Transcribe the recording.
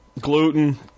gluten